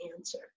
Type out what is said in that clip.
answer